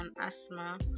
asthma